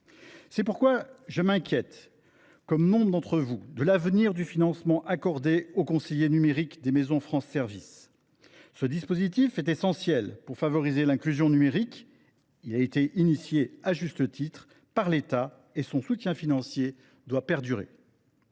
C’est pourquoi je m’inquiète, comme nombre d’entre vous, de l’avenir du financement accordé aux conseillers numériques des maisons France Services. Ce dispositif essentiel pour favoriser l’inclusion numérique a été initié à juste titre par l’État, et son soutien financier doit perdurer.